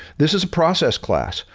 this is a process class.